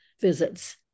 visits